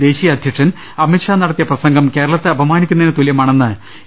ദേശീയ അധ്യക്ഷൻ അമിത്ഷാ നടത്തിയ പ്രസംഗം കേരളത്തെ അപമാനിക്കുന്നതിന് തുല്യമാ ണെന്ന് എ